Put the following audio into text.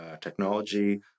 technology